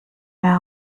mehr